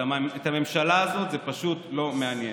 את הממשלה הזאת פשוט לא מעניינת.